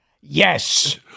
Yes